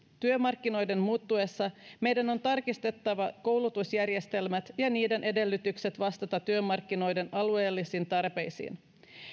työmarkkinoiden muuttuessa meidän on tarkistettava koulutusjärjestelmät ja niiden edellytykset vastata työmarkkinoiden alueellisiin tarpeisiin